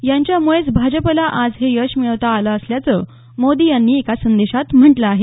यांच्यामुळेच भाजपला आज हे यश मिळवता आलं असल्याचं मोदी यांनी एका संदेशात म्हटलं आहे